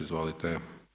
Izvolite.